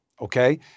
okay